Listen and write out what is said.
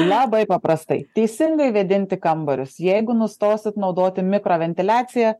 labai paprastai teisingai vėdinti kambarius jeigu nustosit naudoti mikroventiliaciją